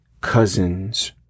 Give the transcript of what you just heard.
cousins